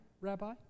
Rabbi